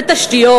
בתשתיות,